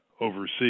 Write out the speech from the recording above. overseas